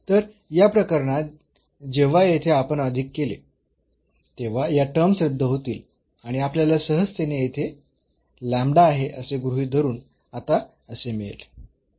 तर या प्रकरणात जेव्हा येथे आपण अधिक केले तेव्हा या टर्म्स रद्द होतील आणि आपल्याला सहजतेने येथे आहे असे गृहीत धरून आता असे मिळेल